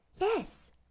Yes